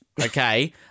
okay